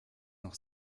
noch